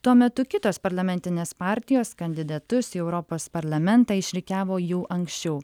tuo metu kitos parlamentinės partijos kandidatus į europos parlamentą išrikiavo jau anksčiau